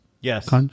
Yes